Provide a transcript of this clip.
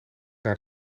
naar